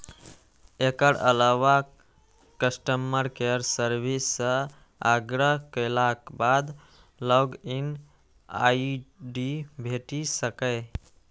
एकर अलावा customer care service सं आग्रह केलाक बाद लॉग इन आई.डी भेटि सकैए